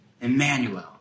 Emmanuel